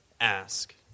ask